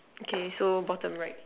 okay so bottom right